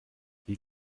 wie